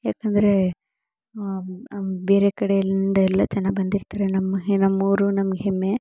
ಯಾಕೆಂದ್ರೆ ಬೇರೆ ಕಡೆಯಿಂದೆಲ್ಲ ಜನ ಬಂದಿರ್ತಾರೆ ನಮ್ಮ ಊರು ನಮ್ಗೆ ಹೆಮ್ಮೆ